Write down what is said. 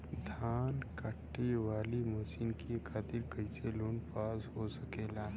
धान कांटेवाली मशीन के खातीर कैसे लोन पास हो सकेला?